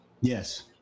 Yes